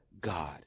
God